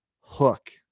Hook